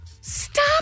Stop